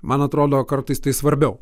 man atrodo kartais tai svarbiau